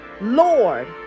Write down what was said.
Lord